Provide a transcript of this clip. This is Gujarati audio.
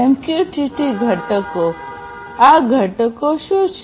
એમક્યુટીટી ઘટકો આ ઘટકો શું છે